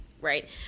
Right